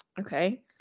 Okay